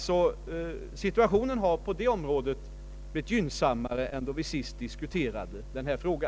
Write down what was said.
Situationen har alltså på detta område blivit gynnsammare än då vi senast diskuterade denna fråga.